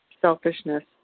selfishness